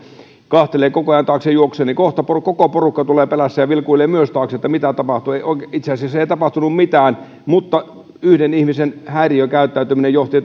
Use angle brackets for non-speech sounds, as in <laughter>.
katselee koko ajan taakse ja juoksee ja kohta koko porukka tulee perässä ja vilkuilee myös taakse että mitä tapahtuu itse asiassa ei tapahtunut mitään mutta yhden ihmisen häiriökäyttäytyminen johti <unintelligible>